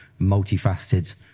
multifaceted